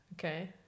Okay